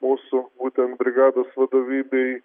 mūsų būtent brigados vadovybei